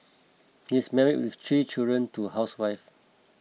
he is married with three children to a housewife